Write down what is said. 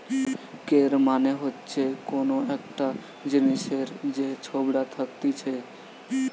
কৈর মানে হচ্ছে কোন একটা জিনিসের যে ছোবড়া থাকতিছে